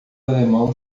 alemão